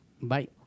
Bye